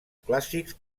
clàssics